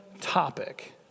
topic